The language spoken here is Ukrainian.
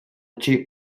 чий